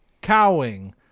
Cowing